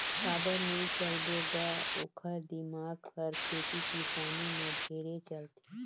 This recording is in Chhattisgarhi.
काबर नई चलबो ग ओखर दिमाक हर खेती किसानी में ढेरे चलथे